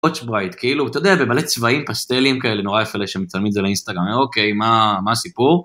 סקוטשברייט כאילו אתה יודע במלא צבעים פסטליים כאלה נורא יפה לשמצלמים את זה לאינסטגרם. אוקיי מה הסיפור